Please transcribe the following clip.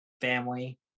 family